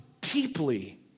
deeply